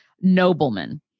noblemen